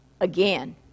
again